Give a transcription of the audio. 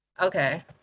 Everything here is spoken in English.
Okay